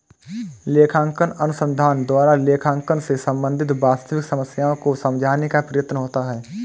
लेखांकन अनुसंधान द्वारा लेखांकन से संबंधित वास्तविक समस्याओं को समझाने का प्रयत्न होता है